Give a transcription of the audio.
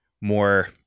more